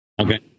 Okay